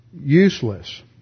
Useless